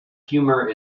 humor